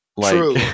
True